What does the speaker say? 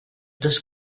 dos